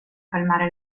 calmare